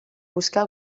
buscar